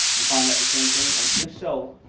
you find that the same thing? and if so,